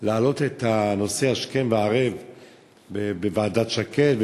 להעלות את הנושא השכם והערב בוועדת שקד,